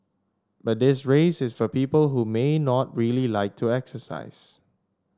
but this race is for people who may not really like to exercise